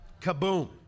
Kaboom